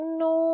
no